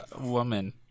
woman